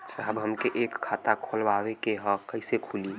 साहब हमके एक खाता खोलवावे के ह कईसे खुली?